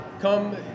come